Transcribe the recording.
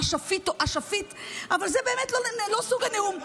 מה שפיט או א-שפיט, אבל זה באמת לא סוג הנאום.